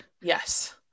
yes